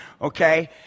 okay